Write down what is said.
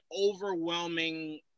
overwhelming